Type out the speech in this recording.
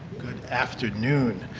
good afternoon,